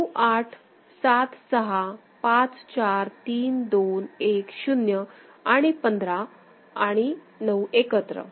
9 8 7 6 5 4 3 2 1 0 आणि 15 आणि 9 एकत्र